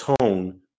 tone